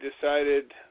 decided